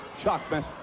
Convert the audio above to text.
Shockmaster